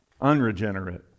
Unregenerate